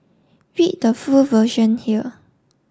read the full version here